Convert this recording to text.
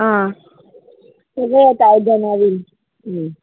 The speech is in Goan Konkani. आं सगळें येता आयदनां बी